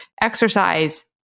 exercise